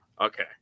okay